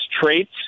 traits